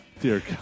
Dear